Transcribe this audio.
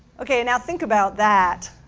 ok, now, think about that.